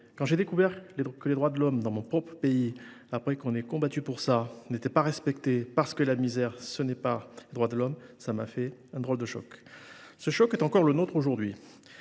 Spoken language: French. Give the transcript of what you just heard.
Quand j’ai découvert que les droits de l’homme, dans mon propre pays, après qu’on ait combattu pour ça, n’étaient pas respectés, parce que la misère ce n’est pas les droits de l’homme, ça m’a fait un drôle de choc. » Ce choc est encore le nôtre aujourd’hui,